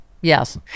yes